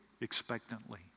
expectantly